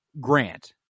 Grant